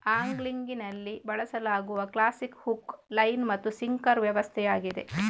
ಆಂಗ್ಲಿಂಗಿನಲ್ಲಿ ಬಳಸಲಾಗುವ classic hook, line ಮತ್ತು sinker ವ್ಯವಸ್ಥೆಯಾಗಿದೆ